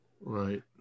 Right